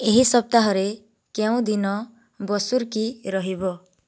ଏହି ସପ୍ତାହରେ କେଉଁ ଦିନ ବର୍ଷୁକୀ ରହିବ